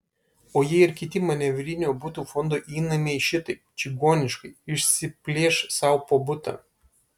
o jei ir kiti manevrinio butų fondo įnamiai šitaip čigoniškai išsiplėš sau po butą